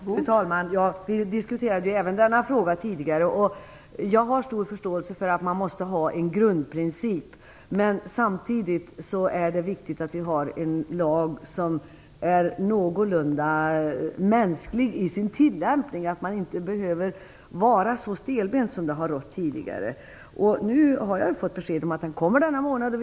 Fru talman! Vi diskuterade även denna fråga tidigare. Jag har stor förståelse för att man måste ha en grundprincip. Men det är samtidigt viktigt att vi har en lag som är någorlunda mänsklig i sin tillämpning så att man inte behöver vara så stelbent som tidigare. Jag har nu fått besked om att det kommer en proposition denna månad.